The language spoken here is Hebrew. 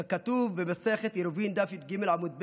ככתוב במסכת עירובין דף י"ג עמוד ב: